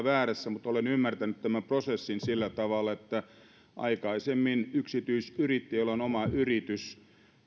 väärässä mutta olen ymmärtänyt tämän prosessin sillä tavalla että aikaisemmin yksityisyrittäjä jolla on oma yritys